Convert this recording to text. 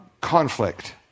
Conflict